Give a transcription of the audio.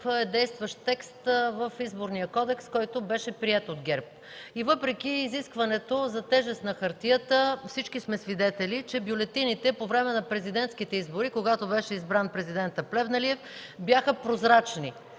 е действащ в Изборния кодекс, който беше приет от ГЕРБ. Въпреки изискването за тежест на хартията, всички сме свидетели, че бюлетините по време на президентските избори, когато беше избран президентът Плевнелиев, бяха прозрачни.